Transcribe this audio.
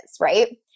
right